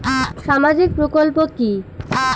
সামাজিক প্রকল্প কি?